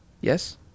Yes